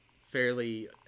fairly